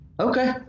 okay